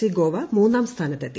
C Goa മൂന്നാം സ്ഥാനത്തെത്തി